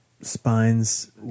spines